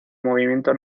movimiento